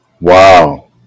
Wow